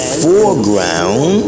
foreground